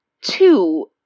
two